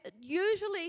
usually